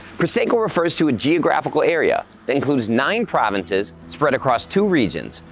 prosecco refers to a geographical area that includes nine provinces spread across two regions,